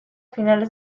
finales